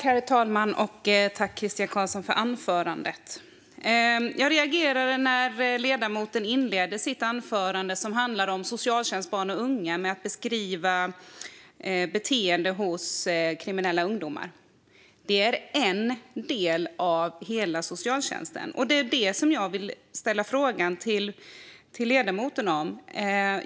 Herr talman! Jag reagerade när ledamoten inledde sitt anförande om barn och unga inom socialtjänsten med att beskriva beteenden hos kriminella ungdomar. Det är en del av hela socialtjänsten, och det är det som jag vill ställa frågan till ledamoten om.